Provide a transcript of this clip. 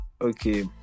okay